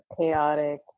chaotic